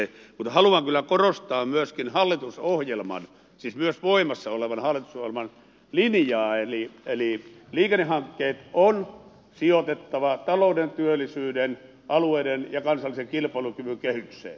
mutta haluan kyllä korostaa myöskin hallitusohjelman siis myös voimassa olevan hallitusohjelman linjaa eli liikennehankkeet on sijoitettava talouden työllisyyden alueiden ja kansallisen kilpailukyvyn kehykseen